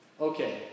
Okay